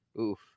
oof